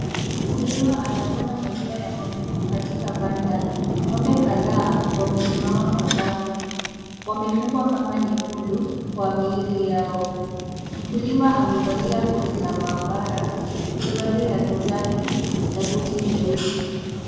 Mkulima anavuna maziwa katika panda. Ng'ombe kadhaa wamesimama kwa safu, wamefungwa kamba nyekundu kwa miili yao, mkulima amevalia koti la maabara, suruali ya kijani na buti nyeusi.